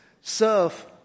serve